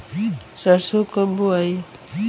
सरसो कब बोआई?